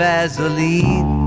Vaseline